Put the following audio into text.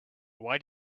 why